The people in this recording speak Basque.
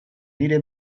nire